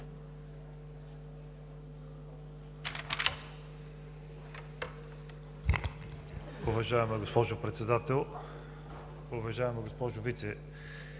Уважаема госпожо Председател, уважаеми господин